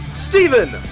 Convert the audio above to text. Stephen